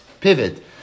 Pivot